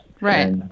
Right